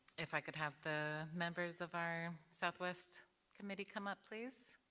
if i could have the members of our southwest committee come up, please.